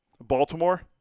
Baltimore